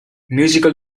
musical